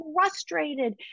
frustrated